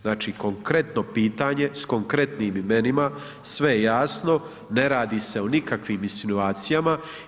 Znači konkretno pitanje s konkretnim imenima, sve je jasno, ne radi se o nikakvim insinuacijama.